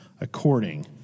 according